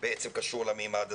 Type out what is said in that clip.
בעצם קשור למימד הזה,